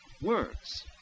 Words